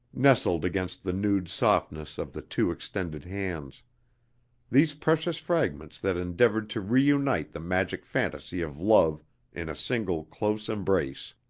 nestled against the nude softness of the two extended hands these precious fragments that endeavored to reunite the magic fantasy of love in a single close embrace.